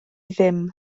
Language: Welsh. ddim